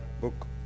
book